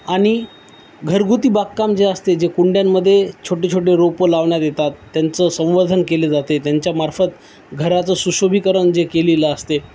आणि घरगुती बागकाम जे असते जे कुंड्यांमध्ये छोटे छोटे रोपं लावण्यात येतात त्यांचं संवर्धन केले जाते त्यांच्यामार्फत घराचं सुशोभिकरण जे केलेलं असते